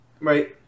Right